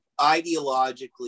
ideologically